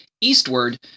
eastward